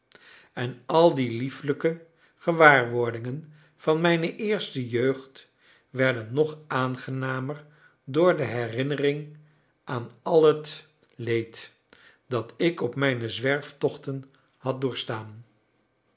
en al die lieflijke gewaarwordingen van mijne eerste jeugd werden nog aangenamer door de herinnering aan al het leed dat ik op mijne zwerftochten had doorstaan